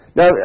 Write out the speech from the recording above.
Now